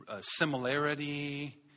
similarity